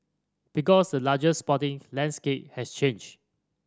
because the larger sporting landscape has changed